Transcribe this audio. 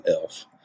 elf